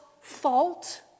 fault